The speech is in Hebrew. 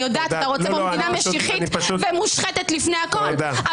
אתה רוצה פה מדינה משיחית ומושחתת לפני הכול,